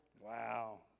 Wow